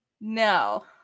no